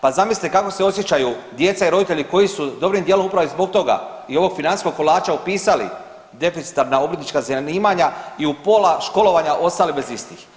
Pa zamislite kako se osjećaju djeca i roditelji koji su dobrim dijelom upravo i zbog toga i ovog financijskog kolača upisali deficitarna obrtnička zanimanja i u pola školovanja ostali bez istih.